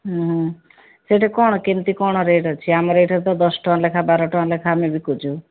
ହୁଁ ସେଠି କ'ଣ କେମିତି କ'ଣ ରେଟ୍ ଅଛି ଆମର ଏଠାର ତ ଦଶ ଟଙ୍କା ଲେଖାଁ ବାର ଟଙ୍କା ଲେଖାଁ ଆମେ ବିକୁଛୁ